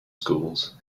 schools